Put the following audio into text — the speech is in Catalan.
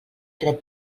dret